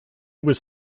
was